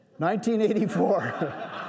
1984